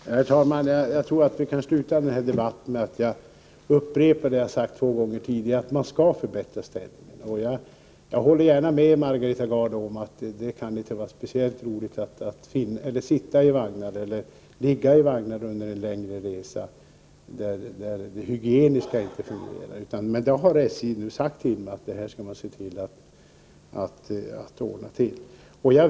Herr talman! Jag tror att vi kan sluta den här debatten med att jag upprepar det jag har sagt två gånger tidigare, nämligen att SJ skall förbättra städningen. Jag håller gärna med Margareta Gard om att det inte kan vara speciellt roligt att sitta eller ligga i vagnar under en längre resa där det hygieniska inte fungerar. Men SJ har sagt att man skall förbättra detta.